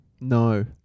No